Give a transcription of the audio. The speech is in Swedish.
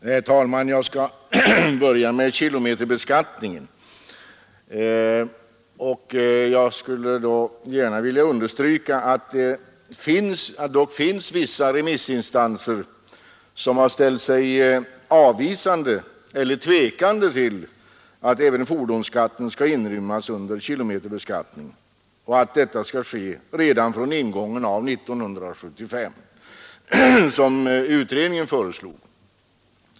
Herr talman! Jag skall börja med kilometerbeskattningen och skulle då gärna vilja understryka att det dock finns vissa remissinstanser, som ställt sig tveksamma till att även fordonsskatten skall inrymmas under kilometerbeskattningen och att detta skall ske redan från ingången av 1975 som utredningen föreslog.